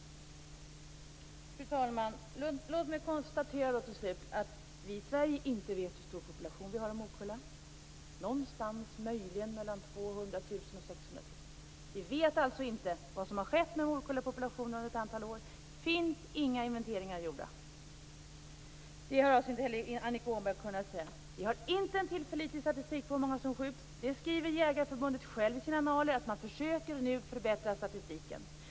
Fru talman! Låt mig då till slut konstatera att vi i Sverige inte vet hur stor population av morkulla vi har. Den är möjligen någonstans mellan 200 000 och 600 000. Vi vet alltså inte vad som har skett med morkullpopulationen under ett antal år. Det finns inga inventeringar gjorda. Det har inte heller Annika Åhnberg kunnat säga. Vi har ingen tillförlitlig statistik på hur många som skjuts. Det skriver Jägareförbundet självt i sin annaler; att man nu försöker att förbättra statistiken.